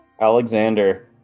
Alexander